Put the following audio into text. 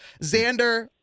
Xander